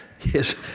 yes